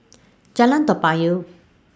Jalan Toa Payoh